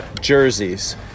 jerseys